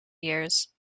years